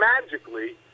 magically